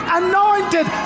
anointed